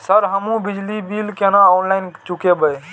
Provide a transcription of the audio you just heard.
Sir हमू बिजली bill केना ऑनलाईन चुकेबे?